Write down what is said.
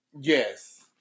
Yes